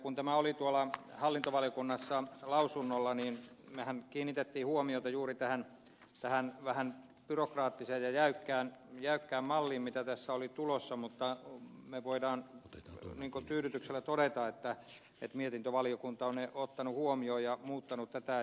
kun tämä oli tuolla hallintovaliokunnassa lausunnolla niin mehän kiinnitimme huomiota juuri tähän vähän byrokraattiseen ja jäykkään malliin mitä tässä oli tulossa mutta me voimme tyydytyksellä todeta että mietintövaliokunta on ne ottanut huomioon ja muuttanut tätä